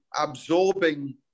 absorbing